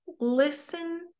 listen